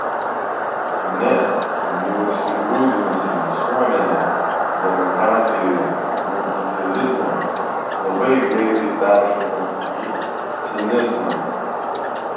nes neužsigrūdinusi visuomenė demokratijoje nuo idealizmo labai greitai peršoka į cinizmą